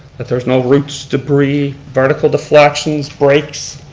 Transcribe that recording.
that there's no roots debris, vertical deflections, breaks,